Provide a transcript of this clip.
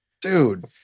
Dude